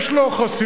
יש לו חסינות,